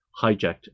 hijacked